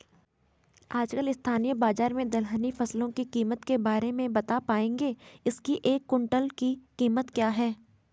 आजकल स्थानीय बाज़ार में दलहनी फसलों की कीमत के बारे में बताना पाएंगे इसकी एक कुन्तल की कीमत क्या है?